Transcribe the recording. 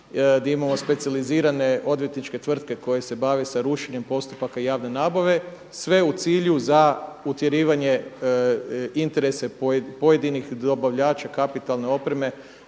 gdje imamo specijalizirane odvjetničke tvrtke koje se bave sa rušenjem postupaka javne nabave sve u cilju za utjerivanje interesa pojedinih dobavljača kapitalne opreme